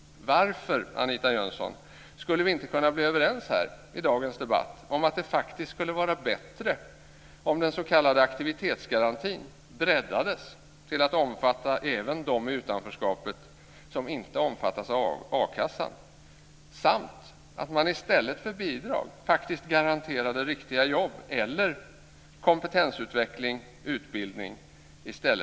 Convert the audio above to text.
Varför, Anita Jönsson, skulle vi inte kunna bli överens här i dagens debatt om att det faktiskt skulle vara bättre om den s.k. aktivitetsgarantin breddades till att omfatta även de i utanförskapet som inte omfattas av a-kassan, samt att man i stället för bidrag och aktiviteter garanterade riktiga jobb eller kompetensutveckling och utbildning?